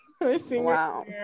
wow